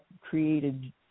created